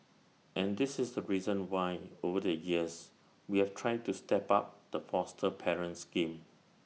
and this is the reason why over the years we have tried to step up the foster parent scheme